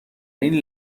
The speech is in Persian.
این